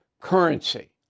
currency